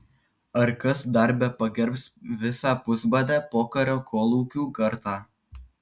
ar kas dar bepagerbs visą pusbadę pokario kolūkių kartą